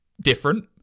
different